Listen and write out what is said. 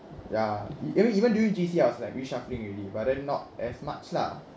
ya I mean even during J_C I was like reshuffling already but then not as much lah